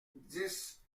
dix